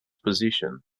position